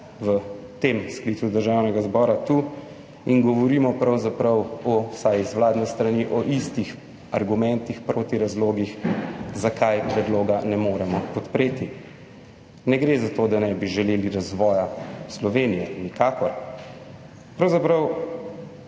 v tem sklicu Državnega zbora tu in govorimo pravzaprav o, vsaj z vladne strani, istih argumentih proti, razlogih, zakaj predloga ne moremo podpreti. Ne gre za to, da ne bi želeli razvoja Slovenije, nikakor. Pravzaprav